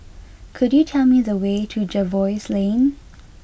could you tell me the way to Jervois Lane